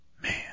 Man